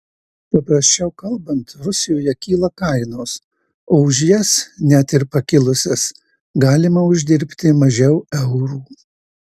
paprasčiau kalbant rusijoje kyla kainos o už jas net ir pakilusias galima uždirbti mažiau eurų